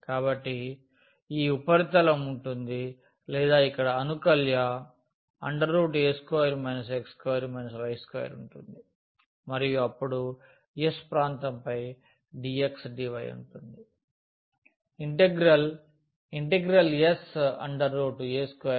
కాబట్టి ఈ ఉపరితలం ఉంటుంది లేదా ఇక్కడ అనుకల్య a2 x2 y2 ఉంటుంది మరియు అపుడు S ప్రాంతంపై dx dy వుంటుంది